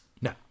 No